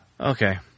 Okay